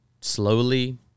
slowly